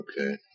Okay